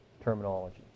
Terminology